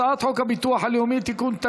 הצעת חוק הביטוח הלאומי (תיקון,